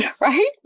right